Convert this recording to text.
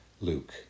Luke